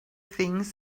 things